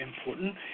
important